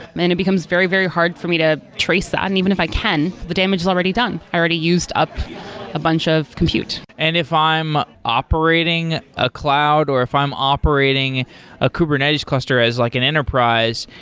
and it becomes very, very hard for me to trace that. and even if i can, the damage is already done. i already used up a bunch of compute and if i'm operating a cloud, or if i'm operating a kubernetes cluster as like an enterprise,